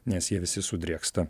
nes jie visi sudrėksta